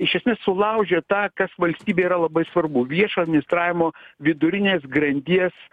iš esmės sulaužė tą kas valstybei yra labai svarbu viešo administravimo vidurinės grandies